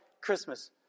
Christmas